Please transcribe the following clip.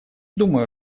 думаю